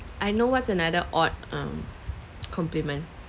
I know what's another odd um compliment